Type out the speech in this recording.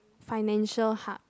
financial hub